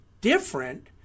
different